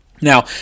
Now